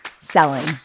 selling